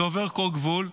זה עובר כל גבול,